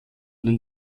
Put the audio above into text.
den